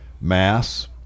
mass